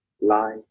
light